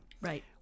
Right